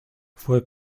fue